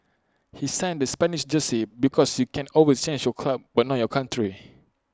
he signed the Spanish jersey because you can always change your club but not your country